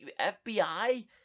FBI